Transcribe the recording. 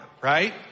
Right